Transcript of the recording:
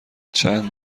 چند